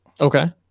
okay